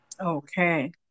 Okay